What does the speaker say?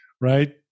right